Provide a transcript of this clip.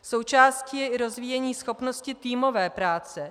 Součástí je i rozvíjení schopnosti týmové práce.